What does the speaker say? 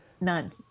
None